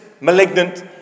malignant